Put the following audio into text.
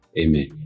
Amen